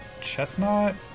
chestnut